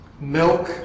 milk